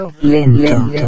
Lento